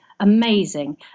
amazing